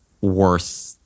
worth